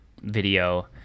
video